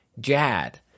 Jad